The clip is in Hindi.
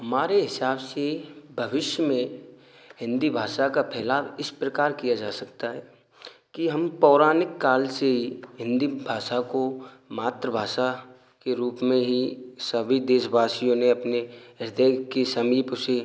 हमारे हिसाब से भविष्य में हिन्दी भाषा का फैलाव इस प्रकार किया जा सकता है कि हम पौराणिक काल से ही हिन्दी भाषा को मातृभाषा के रूप में ही सभी देश वासियों ने अपने हृदय के समीप उसे